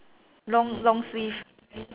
long long sleeve